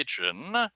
Kitchen